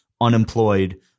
unemployed